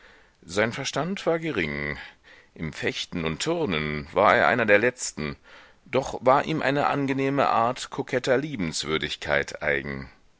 sein verstand war gering im fechten und turnen war er einer der letzten doch war ihm eine angenehme art koketter liebenswürdigkeit eigen